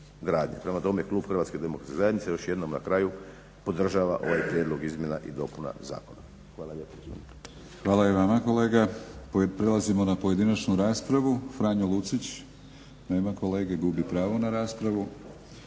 Prema tome, klub HDZ još jednom na kraju podržava ovaj prijedlog izmjena i dopuna zakona. Hvala. **Batinić, Milorad (HNS)** Hvala i vama kolega. Prelazimo na pojedinačnu raspravu, Franjo Lucić. Nema kolege? Gubi pravo na raspravu.